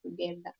together